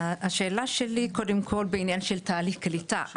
השאלה שלי, קודם כל, בעניין של תהליך הקליטה.